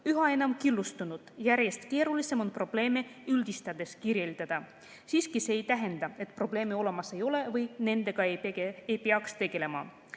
üha enam killustunud. Järjest keerulisem on probleeme üldistades kirjeldada. Siiski ei tähenda see, et probleeme olemas ei ole või nendega ei peaks tegelema. Eesti